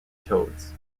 toads